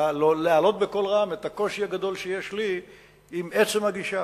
להעלות בקול רם את הקושי הגדול שיש לי עם עצם הגישה.